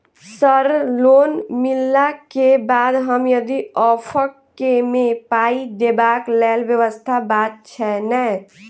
Sir loan मिलला केँ बाद हम यदि ऑफक केँ मे पाई देबाक लैल व्यवस्था बात छैय नै?